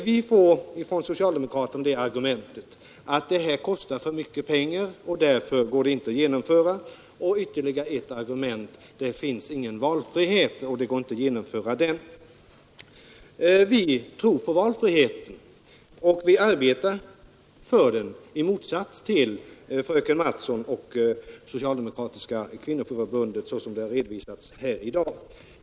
Vi får från socialdemokraterna det argumentet att det kostar för mycket pengar och därför går det inte att genomföra. Ytterligare ett argument: Det finns ingen valfrihet, och det går inte att genomföra en sådan. Vi tror på valfriheten och vi arbetar för den, i motsats till fröken Mattson och Socialdemokratiska kvinnoförbundet såsom det redovisats här i dag.